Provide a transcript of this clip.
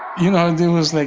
you know, there was, like,